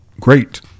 great